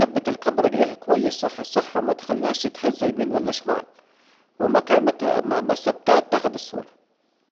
سبت الكاميرا كويس اكده ومتخليهاش تتحرك يمين ولا شمال، ومكان ما سبتت تاخد الصورة